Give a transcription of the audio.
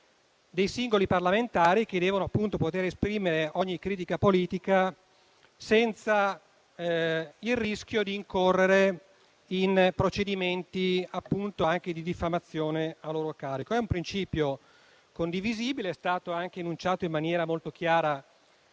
dei singoli parlamentari che devono poter esprimere ogni critica politica senza il rischio di incorrere in procedimenti anche di diffamazione a loro carico. È un principio condivisibile che è stato anche enunciato in maniera molto chiara